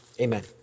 amen